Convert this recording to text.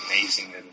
amazing